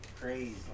crazy